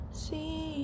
see